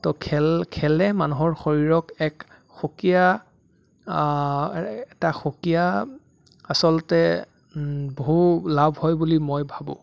ত' খেল খেলে মানুহৰ শৰীৰক এক সুকীয়া এটা সুকীয়া আচলতে বহু লাভ হয় বুলি মই ভাবোঁ